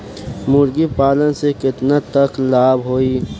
मुर्गी पालन से केतना तक लाभ होखे?